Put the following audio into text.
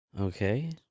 Okay